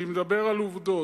אני מדבר על עובדות.